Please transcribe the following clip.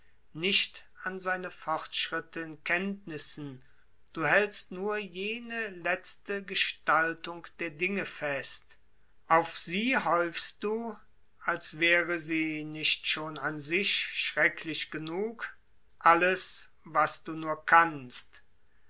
nicht an seine fortschritte in kenntnissen du hältst nur jene letzte gestaltung der dinge fest auf sie häufst du als wäre sie nicht schon an sich schrecklich genug alles was du nur kannst